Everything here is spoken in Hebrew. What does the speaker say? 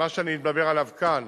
מה שאני מדבר עליו כאן